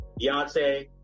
Beyonce